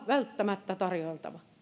välttämättä tarjoiltava